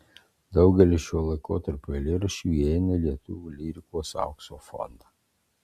daugelis šio laikotarpio eilėraščių įeina į lietuvių lyrikos aukso fondą